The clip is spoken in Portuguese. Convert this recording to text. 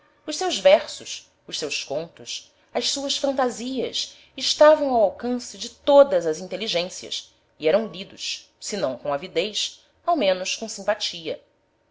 os seus versos os seus contos as suas fantasias estavam ao alcance de todas as inteligências e eram lidos senão com avidez ao menos com simpatia